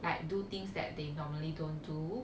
like do things that they normally don't do